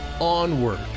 onward